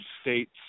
states